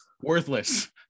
worthless